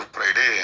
Friday